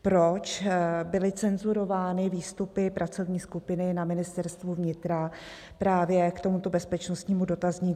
Proč byly cenzurovány výstupy pracovní skupiny na Ministerstvu vnitra právě k tomuto bezpečnostnímu dotazníku?